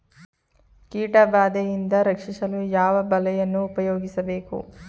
ಕೀಟಬಾದೆಯಿಂದ ರಕ್ಷಿಸಲು ಯಾವ ಬಲೆಯನ್ನು ಉಪಯೋಗಿಸಬೇಕು?